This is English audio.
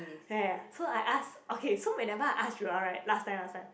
ya ya ya so I ask okay so whenever I ask Joel right last time last time